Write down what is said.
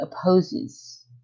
opposes